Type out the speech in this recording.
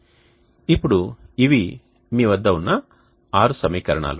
ఇప్పుడు ఇవి మీ వద్ద ఉన్న 6 సమీకరణాలు